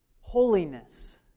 holiness